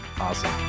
Awesome